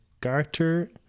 garter